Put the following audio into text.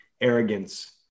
arrogance